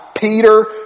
Peter